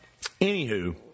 anywho